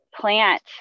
plant